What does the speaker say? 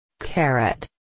Carrot